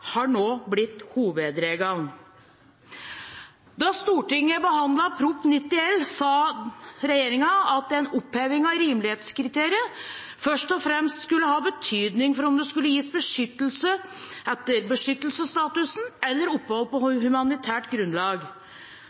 har nå blitt hovedregelen. Da Stortinget behandlet Prop. 90 L for 2015–2016, sa regjeringen at en oppheving av rimelighetskriteriet først og fremst skulle ha betydning for om det skulle gis beskyttelse etter beskyttelsesstatusen eller opphold på humanitært grunnlag.